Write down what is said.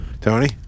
Tony